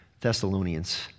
Thessalonians